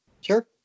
Sure